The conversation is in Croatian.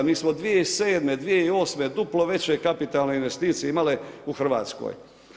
Mi smo 2007., 2008. duplo veće kapitalne investicije imali u Hrvatskoj.